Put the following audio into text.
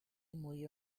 murió